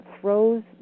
throws